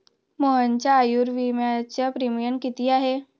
मोहनच्या आयुर्विम्याचा प्रीमियम किती आहे?